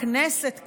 בכנסת כאן,